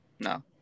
No